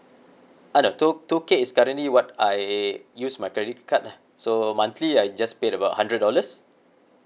uh no two two K is currently what I use my credit card lah so monthly I just paid about hundred dollars